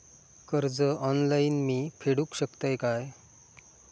कर्ज ऑनलाइन मी फेडूक शकतय काय?